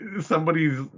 somebody's